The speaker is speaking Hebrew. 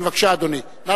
אדוני, בבקשה.